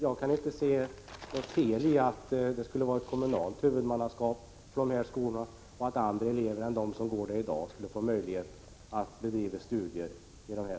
Jag kan inte se något fel i att det skulle vara ett kommunalt huvudmannaskap för de här skolorna och att andra elever än dem som i dag går i dessa skulle få möjlighet att bedriva studier där.